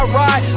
ride